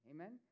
Amen